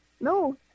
No